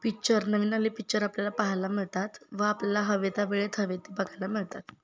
picture नवीन आलेले picture आपल्याला पाहायला मिळतात व आपल्याला हवे त्या वेळेत हवे ते बघायला मिळतात